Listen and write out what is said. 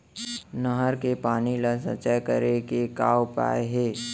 नहर के पानी ला संचय करे के का उपाय हे?